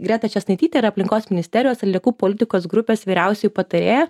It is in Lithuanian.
greta česnaitytė yra aplinkos ministerijos aliekų politikos grupės vyriausioji patarėja